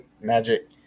Magic